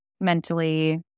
mentally